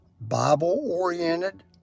Bible-oriented